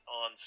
on